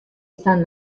izan